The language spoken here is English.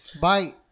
Bye